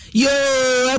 yo